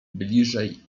bliżej